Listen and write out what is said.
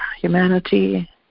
humanity